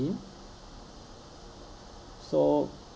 him so